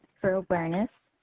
for awareness,